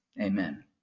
Amen